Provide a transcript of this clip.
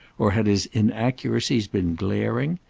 or had his inaccuracies been glaring?